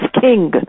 king